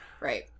Right